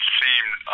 seemed